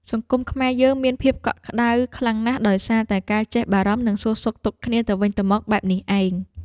សង្គមខ្មែរយើងមានភាពកក់ក្តៅខ្លាំងណាស់ដោយសារតែការចេះបារម្ភនិងសួរសុខទុក្ខគ្នាទៅវិញទៅមកបែបនេះឯង។